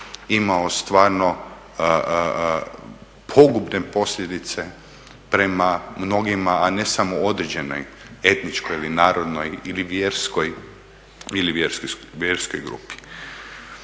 imao stvarno pogubne posljedice prema mnogima, a ne samo određenoj etničkoj ili narodnoj ili vjerskoj grupi.